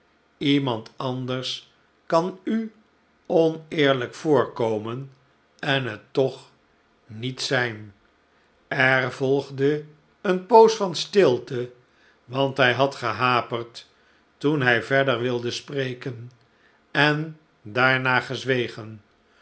iemand anders kan u oneerlijk voorkomen en het toch niet zijn er volgde eene poos van stilte want hij had gehaperd toen hij verder wilde spreken en daarna gezwegen